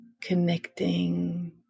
connecting